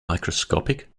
microscopic